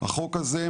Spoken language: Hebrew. החוק הזה,